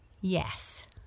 Yes